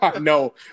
No